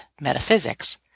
metaphysics